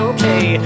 Okay